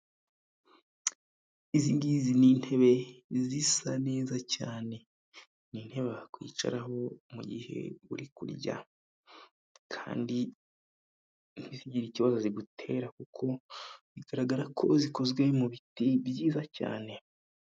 Izi ngizi ni intebe zisa neza cyane. Ni intebe wakwicaraho mu gihe uri kurya. Kandi ntizigire ikibazo zigutera, kuko bigaragara ko zikozwe mu biti byiza cyane.